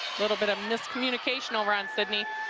little bit of miscommunication over on sidney,